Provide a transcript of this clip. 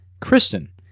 Kristen